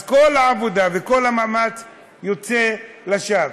אז כל העבודה וכל המאמץ יוצאים לשווא.